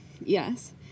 Yes